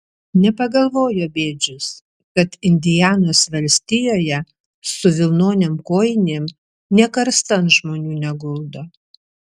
nepagalvojo bėdžius kad indianos valstijoje su vilnonėm kojinėm nė karstan žmonių neguldo